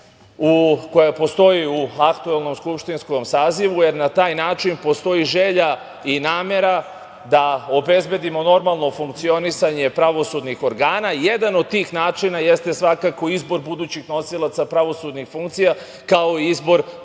koja postoji u aktuelnom skupštinskom sazivu, jer na taj način postoji želja i namera da obezbedimo normalno funkcionisanje pravosudnih organa. Jedan od tih načina jeste svakako izbor budućih nosilaca pravosudnih funkcija, kao i izbor